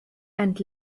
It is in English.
and